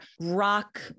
rock